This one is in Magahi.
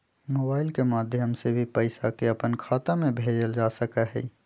मोबाइल के माध्यम से भी पैसा के अपन खाता में भेजल जा सका हई